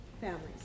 families